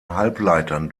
halbleitern